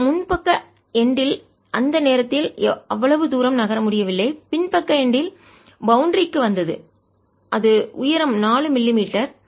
ஏன் முன்பக்க எண்டில் முனையில் அந்த நேரத்தில் அவ்வளவு தூரம் நகர முடியவில்லை பின்பக்க எண்டில் முனை பௌண்டரி க்கு எல்லைக்கு வந்தது அது உயரம் 4 மில்லிமீட்டர்